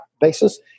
basis